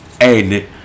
Hey